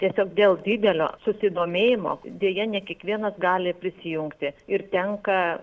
tiesiog dėl didelio susidomėjimo deja ne kiekvienas gali prisijungti ir tenka